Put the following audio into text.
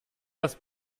das